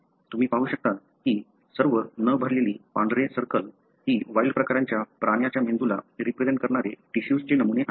तुम्ही पाहू शकता की सर्व न भरलेली पांढरे सर्कल ही वाइल्ड प्रकारच्या प्राण्यांच्या ऍनिमलंला रिप्रेझेन्ट करणारे टिशूजचे नमुने आहेत